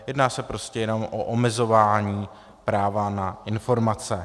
Jedná se prostě jenom o omezování práva na informace.